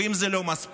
ואם זה לא מספיק,